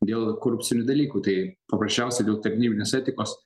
dėl korupcinių dalykų tai paprasčiausiai dėl tarnybinės etikos